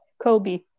Kobe